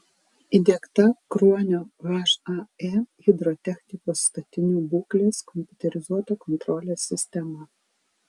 įdiegta kruonio hae hidrotechnikos statinių būklės kompiuterizuota kontrolės sistema